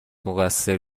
مقصر